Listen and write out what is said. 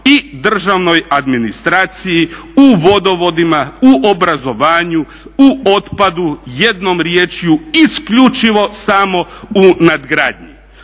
i državnoj administraciji, u vodovodima, u obrazovanju, u otpadu, jednom riječju isključivo samo u nadgradnji.